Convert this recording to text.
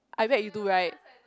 I bet you do right